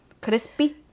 Crispy